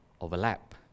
overlap